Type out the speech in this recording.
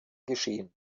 geschehen